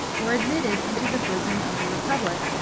were admitted into the bosom of the republic,